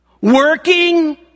working